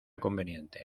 conveniente